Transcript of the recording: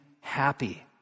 happy